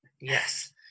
yes